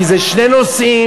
כי אלו שני נושאים,